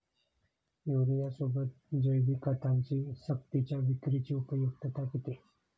युरियासोबत जैविक खतांची सक्तीच्या विक्रीची उपयुक्तता किती?